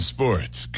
Sports